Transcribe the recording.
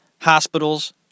Hospitals